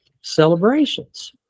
celebrations